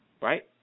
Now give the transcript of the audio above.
Right